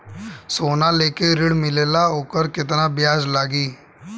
सोना लेके ऋण मिलेला वोकर केतना ब्याज लागी?